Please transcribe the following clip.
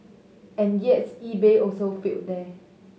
and yet eBay also failed there